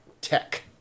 tech